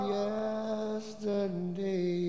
yesterday